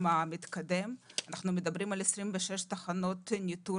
אנחנו מדברים על 26 תחנות ניטור